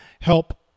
help